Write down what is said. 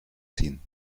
ziehen